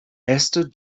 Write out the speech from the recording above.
esther